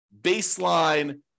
baseline